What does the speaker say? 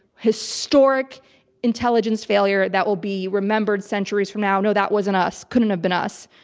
historic intelligence failure that will be remembered centuries from now. no, that wasn't us. couldn't have been us.